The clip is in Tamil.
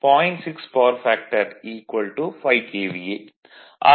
6 பவர் ஃபேக்டர் 5 KVA